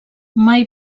mai